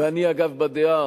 אגב, אני בדעה